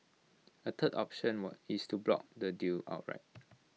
A third option what is to block the deal outright